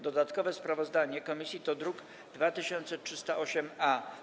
Dodatkowe sprawozdanie komisji to druk nr 2308-A.